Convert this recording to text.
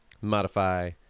modify